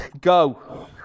Go